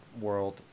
world